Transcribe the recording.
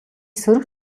сөрөг